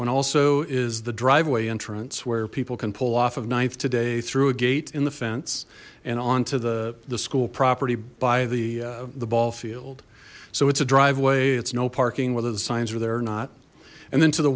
one also is the driveway entrance where people can pull off of ninth today through a gate in the fence and onto the the school property by the the ball field so it's a driveway it's no parking whether the signs are there or not and then to the